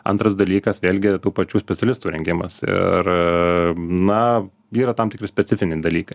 antras dalykas vėlgi tų pačių specialistų rengimas ir na yra tam tikri specifiniai dalykai